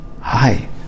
Hi